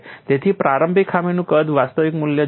તેથી પ્રારંભિક ખામીના કદનું વાસ્તવિક મૂલ્ય જુઓ